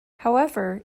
however